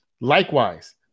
Likewise